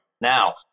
Now